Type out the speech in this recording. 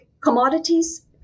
commodities